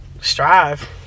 strive